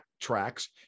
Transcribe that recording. tracks